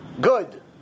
good